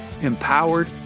empowered